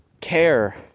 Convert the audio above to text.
care